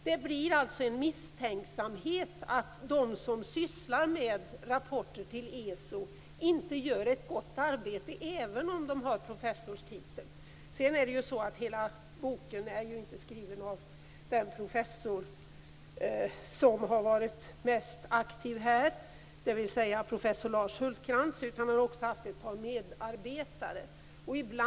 Det blir alltså en misstänksamhet, att de som sysslar med rapporter till ESO inte gör ett gott arbete, även om de har professors titel. Hela boken är ju inte skriven av den professor som har varit mest aktiv här, dvs. professor Lars Hultkrantz, utan han har också haft ett par medarbetare.